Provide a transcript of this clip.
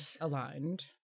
aligned